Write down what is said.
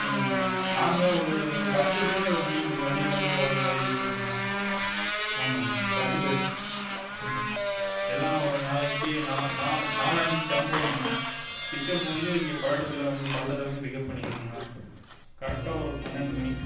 ஆமாங்கண்ணா நாங்கள் ஒரு ஒரு பத்து பேர் வண்டிக்கு வண்டியில இருந்து போகிற மாதிரி இருக்குறோம்ண்ணா ஆமாங்க பத்து பேரு ம் எல்லாம் ஒரு நாளைக்கு நா நாள் நாளானைக்கி கிளம்புறோங்கண்ணா பிக்கப் வந்து இங்கே பல்லடத்தில் வந்து பல்லடத்தில் வந்து பிக்கப் பண்ணிக்கங்கண்ணா கரெக்டாக ஒரு பன்னெண்டு மணி